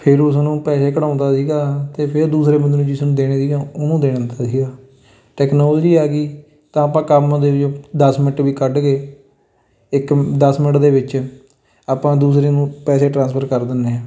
ਫਿਰ ਉਸਨੂੰ ਪੈਸੇ ਕਢਵਾਉਂਦਾ ਸੀਗਾ ਅਤੇ ਫਿਰ ਦੂਸਰੇ ਬੰਦੇ ਨੂੰ ਜਿਸ ਨੂੰ ਦੇਣੇ ਸੀਗੇ ਉਹਨੂੰ ਦੇਣ ਸੀਗਾ ਟੈਕਨੋਲਜੀ ਆ ਗਈ ਤਾਂ ਆਪਾਂ ਕੰਮ ਦੇ ਦਸ ਮਿੰਟ ਵੀ ਕੱਢ ਕੇ ਇੱਕ ਦਸ ਮਿੰਟ ਦੇ ਵਿੱਚ ਆਪਾਂ ਦੂਸਰੇ ਨੂੰ ਪੈਰੇ ਟਰਾਂਸਫਰ ਕਰ ਦਿੰਦੇ ਹਾਂ